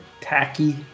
tacky